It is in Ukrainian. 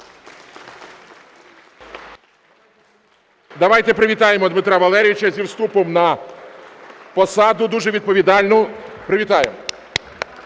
Давайте привітаємо Дмитра Валерійовича зі вступом на посаду дуже відповідальну. Привітаємо!